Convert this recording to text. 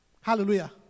Hallelujah